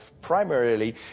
primarily